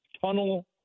tunnel